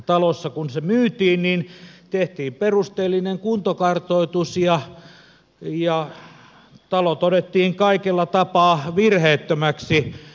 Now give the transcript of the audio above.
talossa kun se myytiin tehtiin perusteellinen kuntokartoitus ja talo todettiin kaikella tapaa virheettömäksi